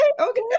Okay